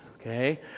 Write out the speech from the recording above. okay